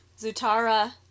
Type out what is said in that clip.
Zutara